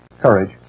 courage